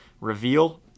reveal